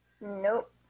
Nope